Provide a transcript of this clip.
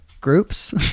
groups